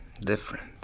different